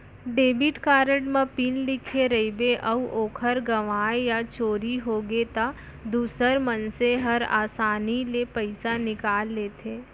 debit card म PIN लिखे रइबे अउ ओहर गँवागे या चोरी होगे त दूसर मनसे हर आसानी ले पइसा निकाल लेथें